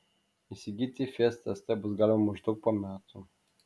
įsigyti fiesta st bus galima maždaug po metų